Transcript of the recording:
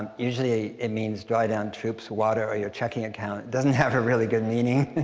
and usually it means draw down troops, water, or your checking account. it doesn't have a really good meaning.